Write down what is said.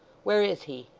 where is he